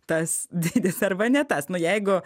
tas dydis arba ne tas nu jeigu